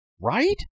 right